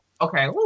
okay